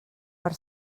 per